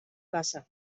casa